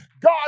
God